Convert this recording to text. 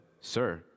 Sir